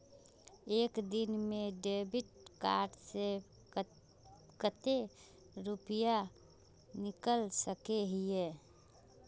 एक दिन में डेबिट कार्ड से कते रुपया निकल सके हिये?